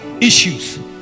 issues